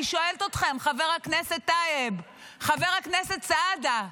אני שואלת אתכם, חבר הכנסת טייב, חבר הכנסת סעדה,